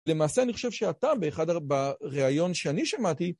למעשה, אני חושב שאתה, בראיון שאני שמעתי...